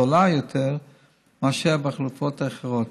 זול יותר מאשר בחלופות האחרות.